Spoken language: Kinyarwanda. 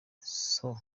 son